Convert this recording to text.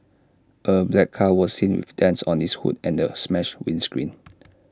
A black car was seen with dents on its hood and A smashed windscreen